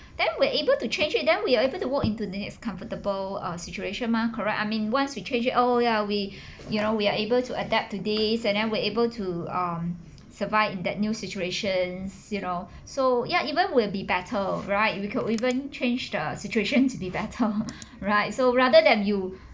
then we're able to change it then we are able to walk into the next comfortable uh situation mah correct I mean once we change it oh ya we you know we are able to adapt to this and then we're able to um survive in that new situations you know so ya even will be better right you could even change the situation to be better right so rather than you